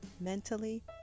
mentally